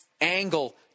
angle